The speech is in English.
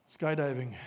skydiving